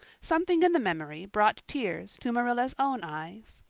something in the memory brought tears to marilla's own eyes.